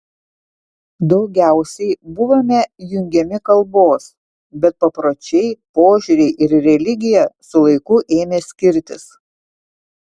daugiausiai buvome jungiami kalbos bet papročiai požiūriai ir religija su laiku ėmė skirtis